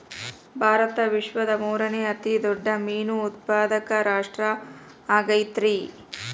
ಭಾರತ ವಿಶ್ವದ ಮೂರನೇ ಅತಿ ದೊಡ್ಡ ಮೇನು ಉತ್ಪಾದಕ ರಾಷ್ಟ್ರ ಆಗೈತ್ರಿ